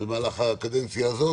במהלך הקדנציה הזאת,